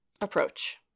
approach